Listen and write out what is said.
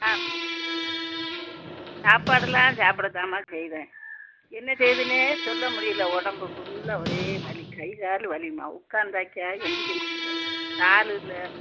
ஆ சாப்பாடு எல்லாம் சாப்பிட தாம்மா செய்யறேன் என்ன செய்துன்னே சொல்ல முடியல உடம்பு ஃபுல்லாக ஒரே வலி கை கால் வலிம்மா உட்காந்தாக்கா எந்திரிக்க முடியல காலில்